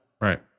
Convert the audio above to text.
Right